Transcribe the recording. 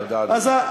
תודה, אדוני.